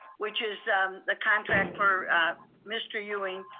which is the contract for mr. ewing,